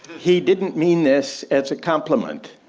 he didn't mean this as a compliment,